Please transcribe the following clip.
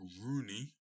Rooney